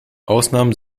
ausnahmen